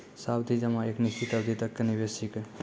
सावधि जमा एक निश्चित अवधि तक के निवेश छिकै